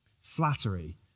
flattery